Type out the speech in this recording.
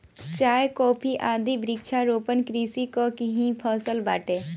चाय, कॉफी आदि वृक्षारोपण कृषि कअ ही फसल बाटे